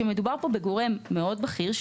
כשמדובר בגורם מאוד בכיר,